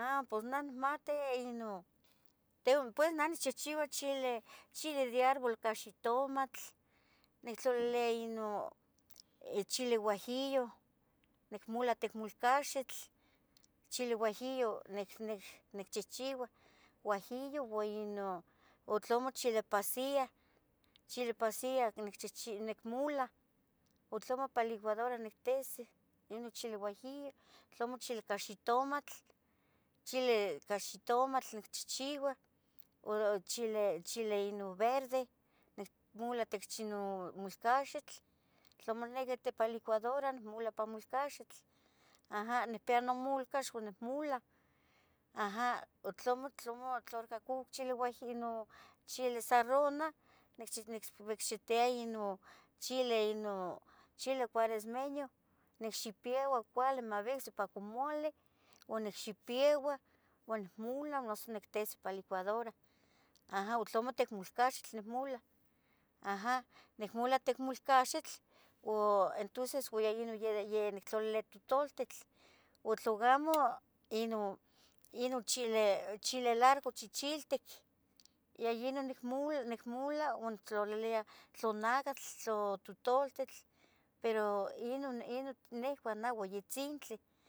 Pues nah inmati, inon nah nicchihchiua chile de árbol ica xitomatl, nictlolilia inon chile huajillo, nicmola techmolcaxitl Chile huajillo nichichiuah huajillo uan tlamo chile pasilla, chile pasilla nicmolah o tlamo ipa licuadora nictisih ino chile huajillo. Tlamo chili chili ica xitomatl, chile ica xitomatl nicchihchiuah. O chili inon verde, nicmula itich molcaxitl, tlamo nicniqui ipan licuadora nicmola ipan molcaxitl, aja nicpia nomolcaxitl ompa nicmulah aja, o tlamo, tlamo chile sarrona nicvicxitiah chili cueresmeño nicxipieva cuali maivicsi pa comule o nixipieua uan nicmula noso nictise ipan liuadora, aja o tlamo ticmulcaxitli nicmula aja nicmula ticmulcaxitl o entonces iyeh inon yeh nictlalilia yen tutoltitl o tlu gamo Inon chile largo chicheltic ya yinon nicmula o nictlalilia tlu nacatl tlu tutultitl. Pero Inon, inon itzintli